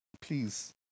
please